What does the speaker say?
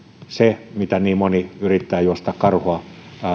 se mitä niin moni yrittää juosta karhua